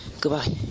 Goodbye